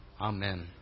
Amen